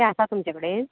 ते आसा तुमचे कडेन